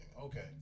Okay